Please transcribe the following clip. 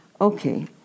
Okay